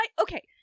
Okay